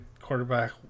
quarterback